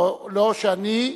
לא שאני,